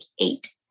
eight